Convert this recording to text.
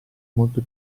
molto